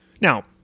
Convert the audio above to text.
Now